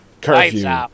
curfew